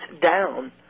down